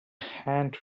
hand